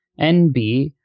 NB